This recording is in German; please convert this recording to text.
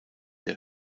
der